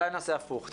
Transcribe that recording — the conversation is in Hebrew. אולי נעשה הפוך,